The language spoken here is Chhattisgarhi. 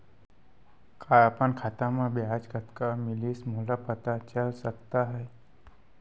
का अपन खाता म ब्याज कतना मिलिस मोला पता चल सकता है?